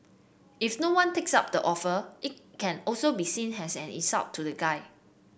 if no one takes up the offer it can also be seen as an insult to the guy